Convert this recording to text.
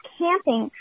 camping